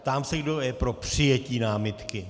Ptám se, kdo je pro přijetí námitky?